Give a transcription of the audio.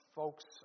folks